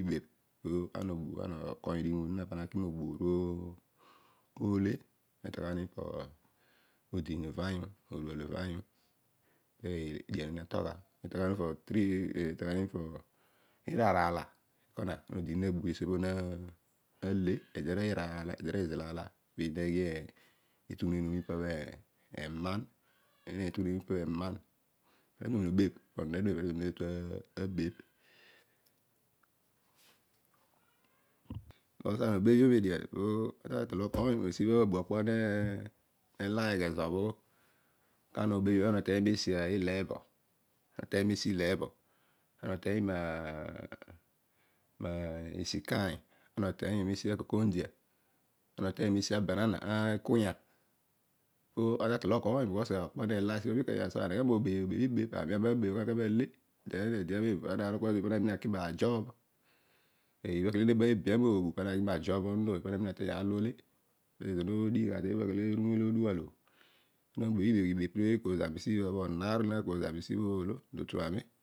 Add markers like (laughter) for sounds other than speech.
ibebh pokoiy odighimu zina. pana ki moghi obu oru (unintelligible) odiin uvanyu no odual uvanyu piwa eedi netolgha netoigham mi inaan aala. ana odinini nabh me siopobho na le. Ede arory iraar aala eda izal aala peedi neghi etughuneen ipabho ebebh inom (unintelligible) because ana obebhio meohian po ana tatol okoiy mesibha abua okpo nelaayogh ezo. Ana obebh io. ana oteiyio nesi ileebo. ana oteiyio mesi ikaiy. ana oteiyio mesi akokondia. ana okeiyio mesi ikunya. pana tatol okomy because okpo ne la siibha mikenya so aneghe nrobebh ibebh. Ani na bebh ghani kaami ale. ede amem paami na nuna ki mara job. Eebha kele ne bea no ru pana mina ki ma job pana mina teiy aan lo ole (unintelligible) pezo no dighi gha teebha kele bho iru milo odual obho. ibebh piwa neeko zani siible onon aan lo naako zani oolo. to otuami